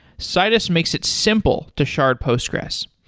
citus makes it simple to shard postgres.